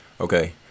Okay